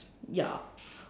ya